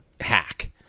hack